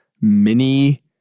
mini